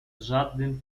żadnym